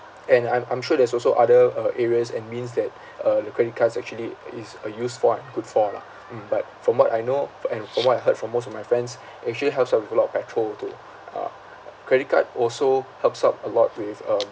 and I'm I'm sure there's also other uh areas and means that uh credit cards actually is a use for and good for lah mm but from what I know f~ and from what I heard from most of my friends actually helps a lot on petrol to uh credit card also helps out a lot with um